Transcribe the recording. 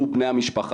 הוא ובני המשפחה,